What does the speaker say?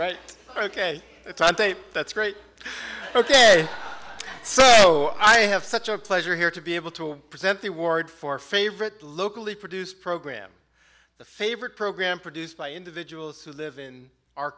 today that's great ok so i have such a pleasure here to be able to present the ward for favorite locally produced program the favorite program produced by individuals who live in our